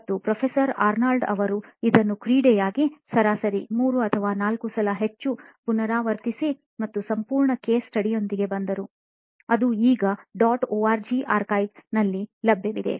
ಮತ್ತು professor Arnold ಅವರು ಇದನ್ನು ಕ್ರೀಡೆಯಾಗಿ ಸರಾಗವಾಗಿ 3 ಅಥವಾ 4 ಸಲ ಹೆಚ್ಚು ಪುನರಾವರ್ತಿಸಿ ಮತ್ತು ಸಂಪೂರ್ಣ ಕೇಸ್ ಸ್ಟಡಿ ಯೊಂದಿಗೆ ಬಂದರು ಅದು ಈ ಗ dot org archive ನಲ್ಲಿ ಲಭ್ಯವಿದೆ